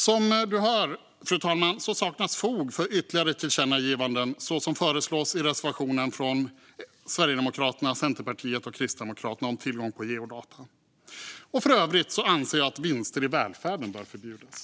Som du hör, fru talman, saknas fog för ytterligare tillkännagivanden så som föreslås i reservationen från Sverigedemokraterna, Centerpartiet och Kristdemokraterna om tillgång på geodata. För övrigt anser jag att vinster i välfärden bör förbjudas.